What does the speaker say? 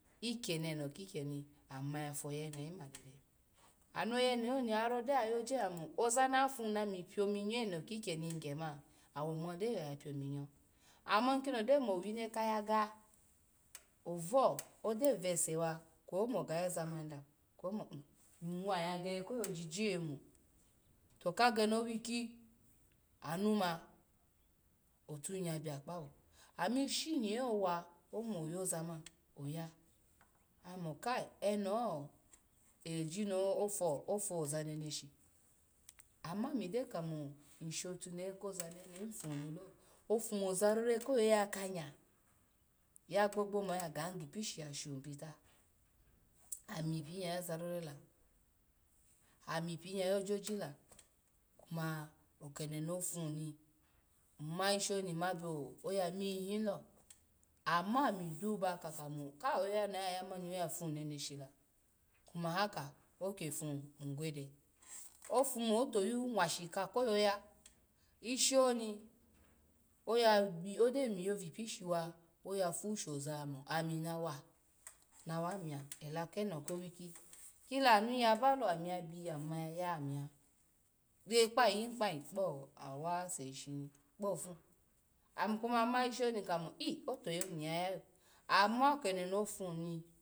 Ikyeni eno ki ikyeni ami ma ya fo oyene hin ma dede, ano oyene hin oni hari odo ayoje ayya ma oza na fun na ami pyo minyo eno ki ikyeni nyyigye man awo ma do ya oya pyo minyo aman nkino odo wine ka ayaga ovo odo vese wa kweyi omo ga yoza man dam kwo mo nwa ya ge ko yo ojije nbo, to ka gani owikyi anu ma otun ya bya kpa awo, ami ishi nyee owa omo yoza man, oya amo kai eno ho e-oji no ofo, ofo oza neneshi ama ami de kamo nshotunehe koza ni ene hin fun ni lo, ofumo oza rore ko ya ka anya, ya gbogbo ma oya gan gi ipishi ya shun bita, ami pin ya yoza rore la, ami pin ya yojoji la kuma okede no ofun ni nma ishi oni nma byo oya miyin lo, ama ami duba ka kamo kai oya ya na ya mani oya fun neneshi la, kuma haka ofun oke fun ngwede, ofumo otoyu nwashika ko yoya ishi oni oya bi ode miyo. Vi ipishi wa oya fu shoza mo ami na wa, nawa mya ela keno kowikyi kila anu yaba lo ami ya bi ami ma ya bi ami ma ya, ami ya re kpa ayin kpa ayin kpo awa ase shishini kpo ovun ami kuma ma ishi oni kamo otoyu oni nyya yayo ama okede no ofun ni.